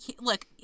look